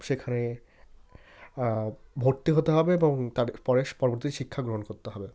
সেখানে ভর্তি হতে হবে এবং তার পরেস পরবর্তী শিক্ষা গ্রহণ করতে হবে